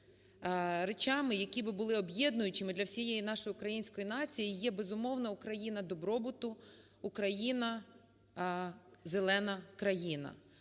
речами, які би були об'єднуючими для всієї нашої української нації, є безумовно Україна добробуту, України – зелена країна.